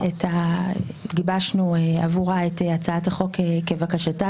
גיבשנו עבורה את הצעת החוק כבקשתה,